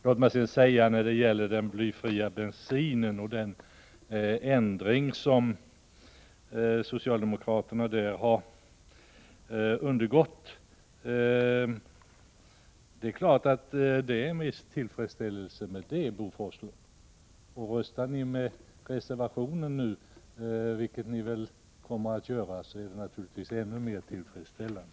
Låt mig sedan, beträffande den förändring som socialdemokraternas ståndpunkt när det gäller den blyfria bensinen har undergått, säga att det är klart att vi känner en viss tillfredsställelse för det. Och om Bo Forslund och socialdemokraterna röstar med reservationen — vilket ni väl kommer att göra — så är det naturligtvis ännu mera tillfredsställande.